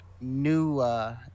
new